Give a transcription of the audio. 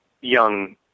young